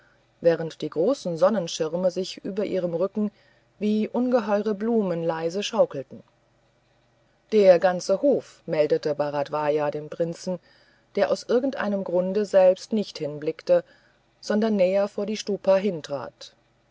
während die großen sonnenschirme sich über ihren rücken wie ungeheure blumen leise schaukelten der ganze hof meldete bharadvaja dem prinzen der aus irgendeinem grunde selbst nicht hinblickte sondern näher vor die stupa